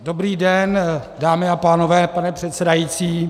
Dobrý den, dámy a pánové, pane předsedající.